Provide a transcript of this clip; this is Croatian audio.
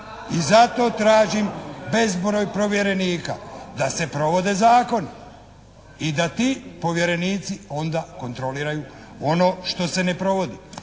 i zato tražim bezbroj povjerenika da se provode zakoni i da ti povjerenici onda kontroliraju ono što se ne provodi.